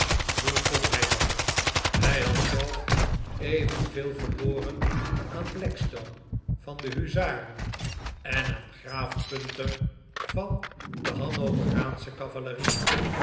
hoe kon hij dat hij had zelf evenveel verloren aan blackstone van de huzaren en aan graaf punter van de hannoveraansche cavalerie